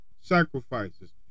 sacrifices